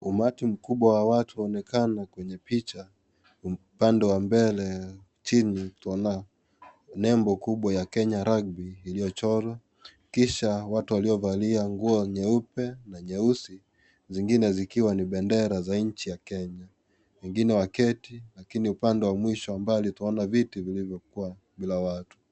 Umati mkubwa wa watu waonekana kwenye picha, upande wa mbele chini tuna nembo kubwa ya 'Kenya Rugby' iliyochorwa. Kisha watu waliovalia nguo nyeupe na nyeusi, zingine zikiwa ni bendera za ni nchi ya Kenya. Wengine waketi, lakini upande wa mwisho ambapo tunaona viti vilivyokuwa bila watu.